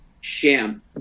sham